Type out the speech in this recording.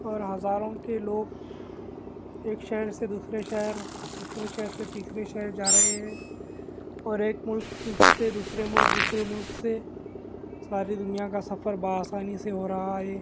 اور ہزاروں کے لوگ ایک شہر سے دوسرے شہر دوسرے شہر سے تیسرے شہر جا رہے ہیں اور ایک ملک سے دوسرے ملک دوسرے ملک سے ساری دنیا کا سفر بہ آسانی سے ہو رہا ہے